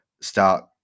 start